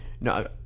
No